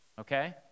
okay